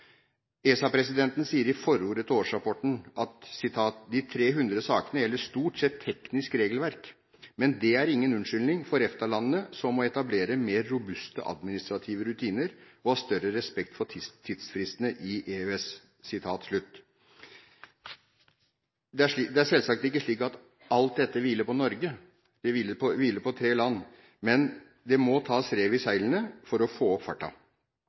sier i forordet til årsrapporten: «De tre hundre sakene gjelder stort sett teknisk regelverk, men det er ingen unnskyldning for EFTA-landene som må etablere mer robuste administrative rutiner og ha større respekt for tidsfristene i EØS.» Det er selvsagt ikke slik at alt dette hviler på Norge. Det hviler på tre land. Men det må tas rev i seilene for å få opp